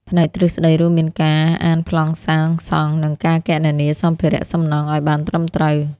ផ្នែកទ្រឹស្តីរួមមានការអានប្លង់សាងសង់និងការគណនាសម្ភារសំណង់ឱ្យបានត្រឹមត្រូវ។